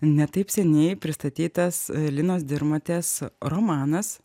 ne taip seniai pristatytas linos dirmotės romanas